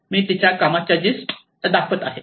मी तिच्या कामाचा जिस्ट दाखवत आहे